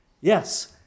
Yes